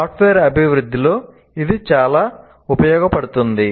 software అభివృద్ధిలో ఇది చాలా ఉపయోగించబడుతుంది